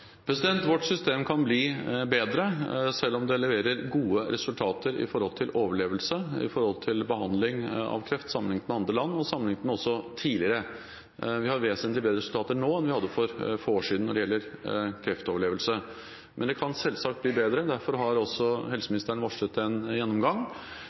Vårt system kan bli bedre, selv om det leverer gode resultater for overlevelse ved behandling av kreft sammenlignet med andre land og også sammenlignet med tidligere. Vi har vesentlig bedre resultater nå enn for få år siden når det gjelder kreftoverlevelse. Men det kan selvsagt bli bedre. Derfor har